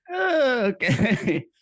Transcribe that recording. Okay